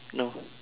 no